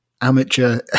amateur